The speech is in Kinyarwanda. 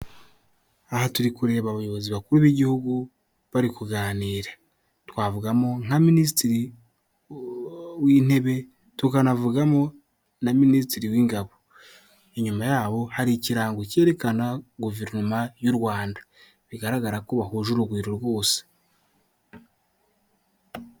Aha turi kureba abayobozi bakuru b'igihugu bari kuganira, twavugamo nka Minisitiri w'Intebe, tukanavugamo na Minisitiri w'Ingabo, inyuma yabo hari ikirango cyerekana guverinoma y'u Rwanda bigaragara ko bahuje urugwiro bose.